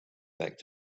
back